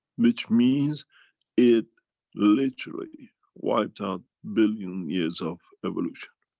which means it literally wiped out billion years of evolution.